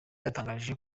yatangaje